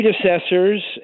predecessors